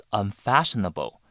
unfashionable